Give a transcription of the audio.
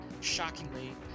shockingly